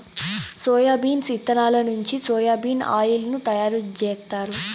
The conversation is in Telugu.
సోయాబీన్స్ ఇత్తనాల నుంచి సోయా బీన్ ఆయిల్ ను తయారు జేత్తారు